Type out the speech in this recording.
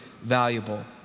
valuable